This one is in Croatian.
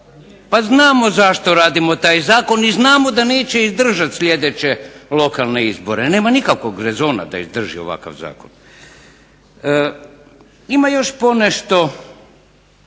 Pa znamo zašto radimo taj zakon i znamo da neće izdržati sljedeće lokalne izbore, nema nikakvog rezona da izdrži ovakav zakon. Ima još ponešto